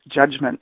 judgment